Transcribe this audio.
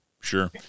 Sure